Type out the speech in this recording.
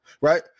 Right